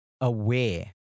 aware